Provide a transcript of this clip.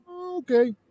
Okay